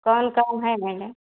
कौन काम है मैडम